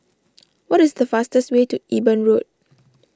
what is the fastest way to Eben Road